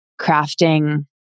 crafting